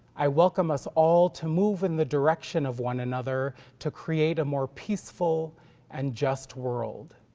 i welcome us all to move in the direction of one another, to create a more peaceful and just world.